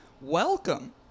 Welcome